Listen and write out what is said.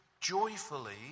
joyfully